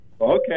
Okay